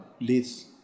leads